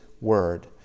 Word